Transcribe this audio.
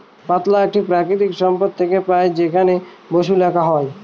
পাতলা একটি প্রাকৃতিক সম্পদ থেকে পাই যেখানে বসু লেখা হয়